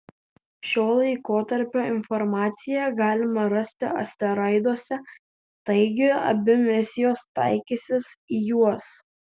šio laikotarpio informaciją galima rasti asteroiduose taigi abi misijos taikysis į juos